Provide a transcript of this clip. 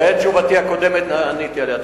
עניתי עליה.